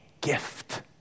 gift